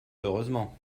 heureusement